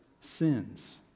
sins